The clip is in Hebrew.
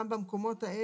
גם במקומות האלה,